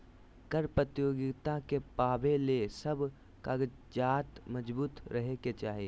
कर प्रतियोगिता के पावे ले सब कागजात मजबूत रहे के चाही